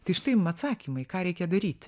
tai štai jum atsakymai ką reikia daryti